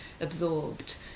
absorbed